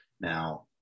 now